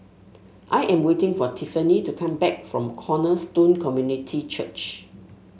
I am waiting for Tiffani to come back from Cornerstone Community Church